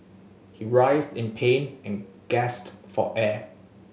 he writhed in pain and gasped for air